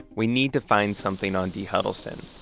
we need to find something on dee huddleston.